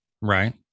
Right